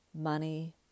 money